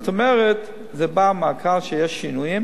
זאת אומרת, זה בא מהקהל, שיש שינויים.